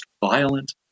violent